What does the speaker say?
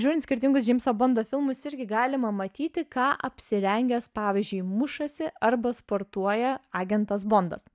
žiūrint skirtingus džeimso bondo filmus irgi galima matyti ką apsirengęs pavyzdžiui mušasi arba sportuoja agentas bondas